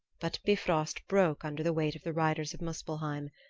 but bifrost broke under the weight of the riders of muspelheim,